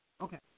Okay